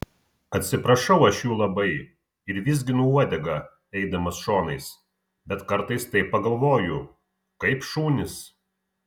atsiprašau aš jų labai ir vizginu uodegą eidamas šonais bet kartais taip pagalvoju kaip šunys